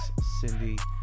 Cindy